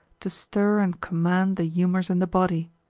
to stir and command the humours in the body.